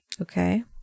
Okay